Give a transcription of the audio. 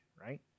right